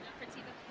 fratiba